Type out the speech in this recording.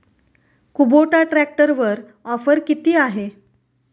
Kubota ट्रॅक्टरवर offer किती आहे?